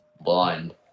blind